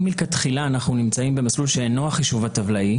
אם מלכתחילה אנחנו נמצאים במסלול שאינו החישוב הטבלאי,